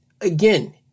again